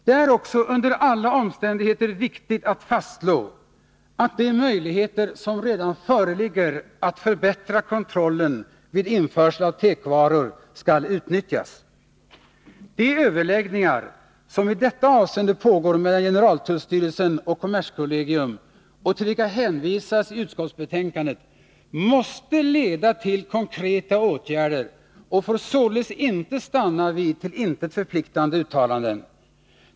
Det är också under alla omständigheter viktigt att fastslå, att de möjligheter som redan föreligger att förbättra kontrollen vid införseln av tekovaror skall utnyttjas. De överläggningar som i detta avseende pågår mellan generaltullstyrelsen och kommerskollegium och till vilka hänvisas i utskottsbetänkandet måste leda till konkreta åtgärder och får således inte stanna vid till intet förpliktande uttalanden.